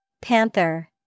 Panther